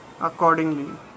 accordingly